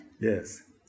Yes